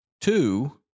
Two